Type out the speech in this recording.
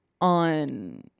on